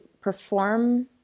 perform